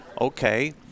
okay